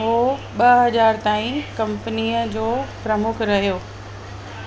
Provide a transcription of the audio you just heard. उहो ॿ हज़ार ताईं कंपनीअ जो प्रमुख रहियो